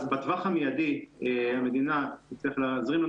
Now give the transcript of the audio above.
אז בטווח המיידי המדינה צריכה להזרים לנו